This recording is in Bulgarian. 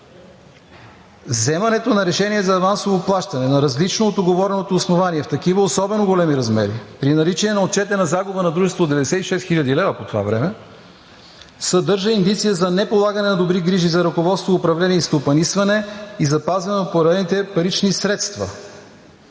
Взимането на решение за авансово плащане на различно от уговореното основание в такива особено големи размери при наличие на отчетена загуба на дружеството от 96 хил. лв. по това време съдържа индиция за неполагане на добри грижи за ръководство, управление и стопанисване и запазване определените парични средства